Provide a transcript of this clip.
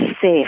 safe